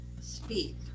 speak